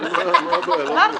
אמרתי,